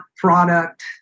product